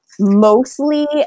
mostly